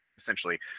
Essentially